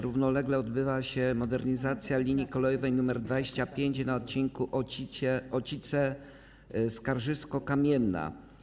Równolegle odbywa się modernizacja linii kolejowej nr 25 na odcinku Ocice - Skarżysko-Kamienna.